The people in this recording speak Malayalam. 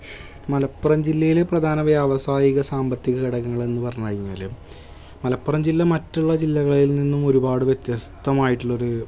മലപ്പുറം ജില്ലയില് പ്രധാന വ്യാവസായിക സാമ്പത്തിക ഘടകങ്ങളെന്നു പറഞ്ഞുകഴിഞ്ഞാല് മലപ്പുറം ജില്ല മറ്റുള്ള ജില്ലകളില് നിന്നും ഒരുപാട് വ്യത്യസ്തമായിട്ടുള്ളൊരു